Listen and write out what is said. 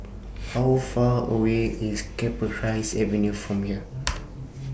How Far away IS Cypress Avenue from here